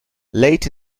late